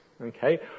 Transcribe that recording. okay